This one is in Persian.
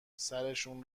سرشون